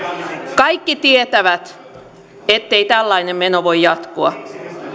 kaikki tietävät ettei tällainen meno voi jatkua